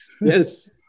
Yes